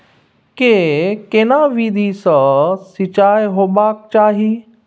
के केना विधी सॅ सिंचाई होबाक चाही?